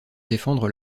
défendre